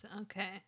Okay